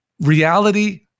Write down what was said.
reality